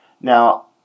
Now